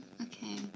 Okay